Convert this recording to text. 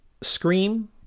Scream